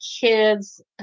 kids